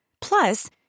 Plus